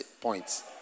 points